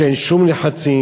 שאין שום לחצים,